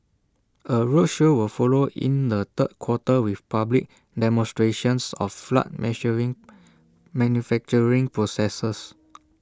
A roadshow will follow in the third quarter with public demonstrations of flood measuring manufacturing processes